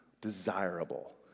desirable